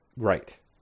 right